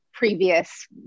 previous